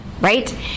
right